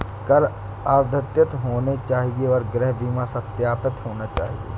कर अद्यतित होने चाहिए और गृह बीमा सत्यापित होना चाहिए